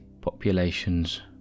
populations